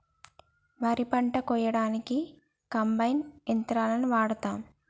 వరి పంట కోయడానికి కంబైన్ యంత్రాలని వాడతాం